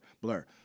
blur